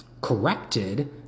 corrected